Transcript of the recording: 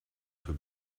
für